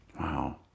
Wow